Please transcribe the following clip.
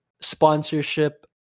sponsorship